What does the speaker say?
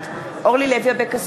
בעד מיקי לוי, בעד אורלי לוי אבקסיס,